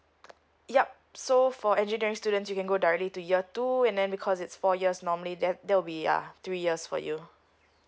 yup so for engineering students you can go directly to year two and then because it's four years normally that there will be uh three years for you